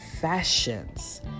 fashions